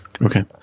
Okay